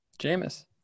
Jameis